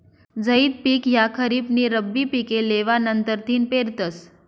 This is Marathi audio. झैद पिक ह्या खरीप नी रब्बी पिके लेवा नंतरथिन पेरतस